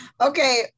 Okay